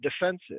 defensive